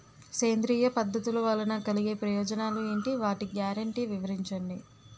సేంద్రీయ పద్ధతుల వలన కలిగే ప్రయోజనాలు ఎంటి? వాటి గ్యారంటీ వివరించండి?